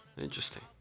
Interesting